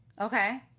Okay